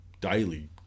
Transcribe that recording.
daily